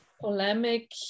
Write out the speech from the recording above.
polemic